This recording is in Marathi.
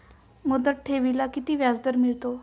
मुदत ठेवीला किती व्याजदर मिळतो?